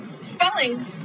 spelling